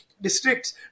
districts